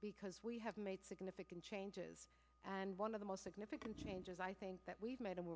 because we have made significant changes and one of the most significant changes i think that we've made a